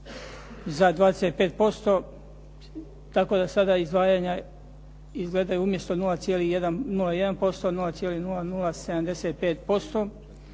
za 25%, tako da sada izdvajanja izgledaju umjesto 0,01%, 0,0075%